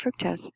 fructose